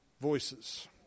voices